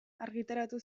argitaratu